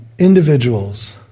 individuals